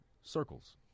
circles